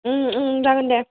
जागोन दे